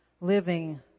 living